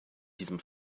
diesem